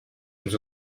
ens